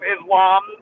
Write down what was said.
Islam